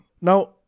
Now